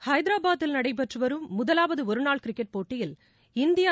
ஹைதராபாதில் நடைபெற்று வரும் முதலாவது ஒருநாள் கிரிக்கெட் போட்டியில் இந்தியா